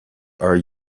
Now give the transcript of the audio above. are